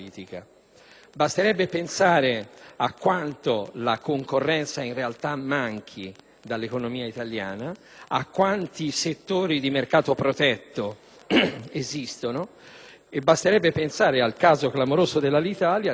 Basterebbe pensare a quanto la concorrenza in realtà manchi dall'economia italiana, a quanti settori di mercato protetto esistono. Basterebbe pensare al caso clamoroso dell'Alitalia,